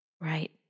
Right